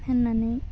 होन्नानै